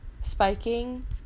spiking